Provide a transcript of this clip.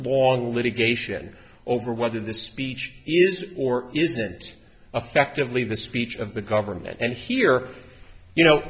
long litigation over whether the speech is or isn't affectively the speech of the government and here you know